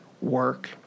work